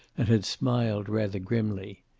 and had smiled rather grimly.